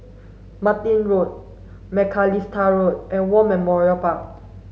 Martin Road Macalister Road and War Memorial Park